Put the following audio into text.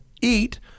eat